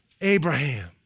Abraham